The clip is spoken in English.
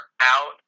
out